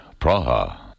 Praha